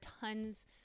tons